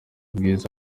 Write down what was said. bwiza